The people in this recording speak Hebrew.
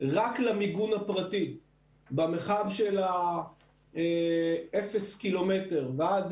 רק למיגון הפרטי במרחב של האפס קילומטרים ועד